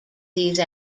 these